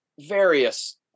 various